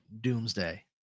Doomsday